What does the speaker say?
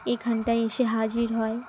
এখানটায় এসে হাজির হয়